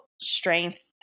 strength